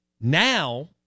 Now